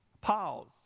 Pause